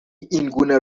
اینگونه